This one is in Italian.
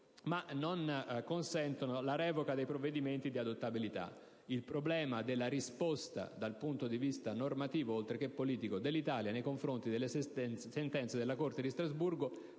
ma non consentono la revoca dei provvedimenti di adottabilità. Il problema della risposta dell'Italia dal punto di vista normativo oltre che politico nei confronti delle sentenze della Corte di Strasburgo